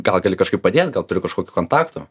gal gali kažkaip padėt gal turi kažkokių kontaktų